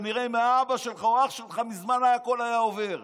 כנראה אם זה היה אבא שלך או אח שלך מזמן הכול היה עובר.